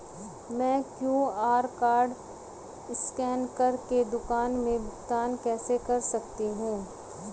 मैं QR code scan कर के दुकान में भुगतान कैसे कर सकती हूँ?